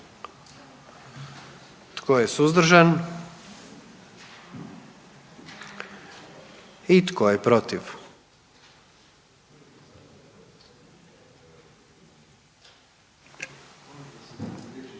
Tko je suzdržan? I tko je protiv?